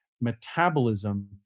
metabolism